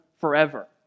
forever